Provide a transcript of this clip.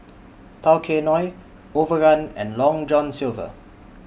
Tao Kae Noi Overrun and Long John Silver